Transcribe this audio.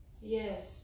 Yes